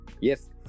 yes